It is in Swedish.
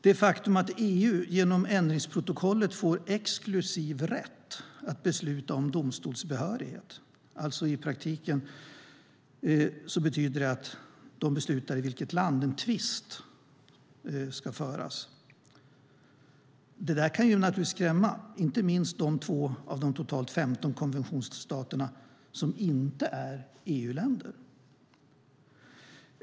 Det faktum att EU genom ändringsprotokollet får exklusiv rätt att besluta om domstolsbehörighet - i praktiken betyder det att de beslutar i vilket land en tvist ska lösas - kan naturligtvis skrämma, inte minst de 2 av de totalt 15 konventionsstaterna som inte är EU-länder.